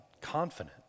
confident